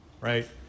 right